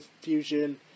Fusion